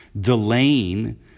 delaying